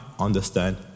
Understand